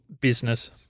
business